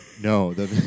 No